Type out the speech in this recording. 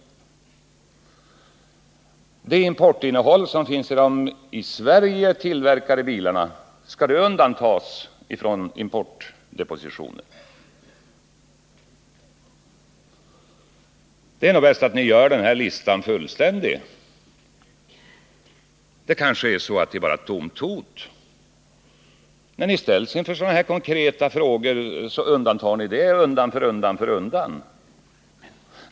Skall det importinnehåll som finns i de i Sverige tillverkade bilarna undantas från importdepositioner? Det är nog bäst att ni gör listan fullständig. Kanske är det bara ett tomt hot. När ni ställs inför konkreta frågor undantar ni det ena efter det andra.